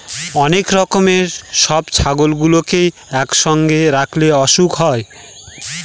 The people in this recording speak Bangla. অনেক রকমের সব ছাগলগুলোকে একসঙ্গে রাখলে অসুখ হয়